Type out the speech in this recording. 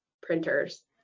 printers